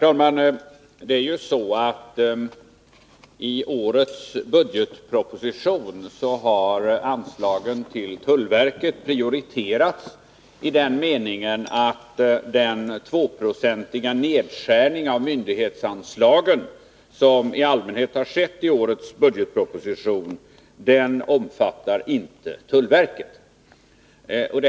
Herr talman! I årets budgetproposition har anslagen till tullverket prioriterats i den meningen att den 2-procentiga nedskärning av myndighetsanslagen som i allmänhet har skett i årets budgetproposition inte omfattar tullverket.